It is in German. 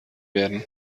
werden